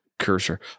Cursor